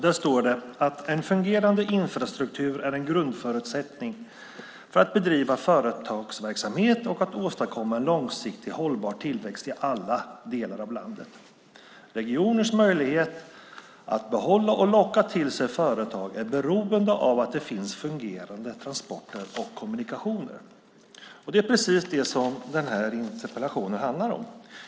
Det står att en fungerande infrastruktur är en grundförutsättning för att bedriva företagsverksamhet och åstadkomma långsiktigt hållbar tillväxt i alla delar av landet. Regioners möjlighet att behålla och locka till sig företag är beroende av att det finns fungerande transporter och kommunikationer. Det är precis det som den här interpellationen handlar om.